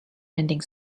ending